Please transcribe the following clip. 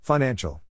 Financial